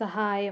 സഹായം